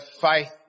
faith